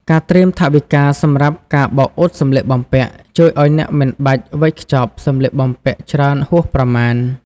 ការត្រៀមថវិកាសម្រាប់ការបោកអ៊ុតសម្លៀកបំពាក់ ជួយឱ្យអ្នកមិនបាច់វេចខ្ចប់សម្លៀកបំពាក់ច្រើនហួសប្រមាណ។